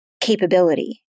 capability